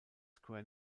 square